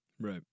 Right